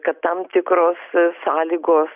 kad tam tikros sąlygos